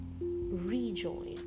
rejoin